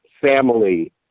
family